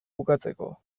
bukatzeko